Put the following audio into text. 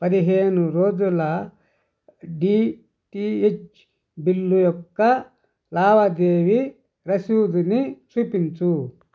పదిహేను రోజుల DTH bill యొక్క లావాదేవీ రసీదుని చూపించు